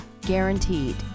guaranteed